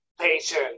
patience